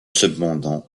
cependant